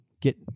get